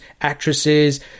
actresses